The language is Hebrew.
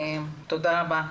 תודה רבה.